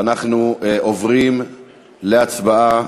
ואנחנו עוברים להצבעה